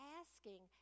asking